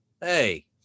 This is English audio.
Hey